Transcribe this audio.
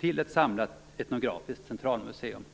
till ett samlat etnografiskt centralmuseum."